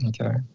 Okay